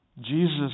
Jesus